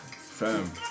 Fam